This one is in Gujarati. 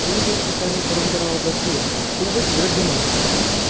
અલગ અલગ પ્રકારની પરંપરાઓ પ્રત્યે ખૂબ જ દૃઢ માન્યતા હોય છે